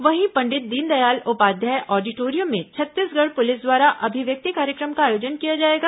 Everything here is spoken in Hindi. वहीं पंडित दीनदयाल उपाध्याय ऑडिटोरियम में छत्तीसगढ़ पुलिस द्वारा अभिव्यक्ति कार्यक्रम का आयोजन किया जाएगा